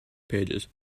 pages